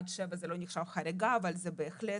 עד שבע זה לא נחשב חריגה אבל זה בהחלט